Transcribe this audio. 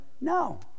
no